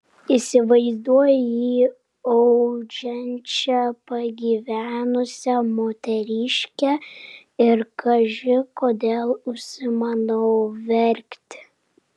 įsivaizduoju jį audžiančią pagyvenusią moteriškę ir kaži kodėl užsimanau verkti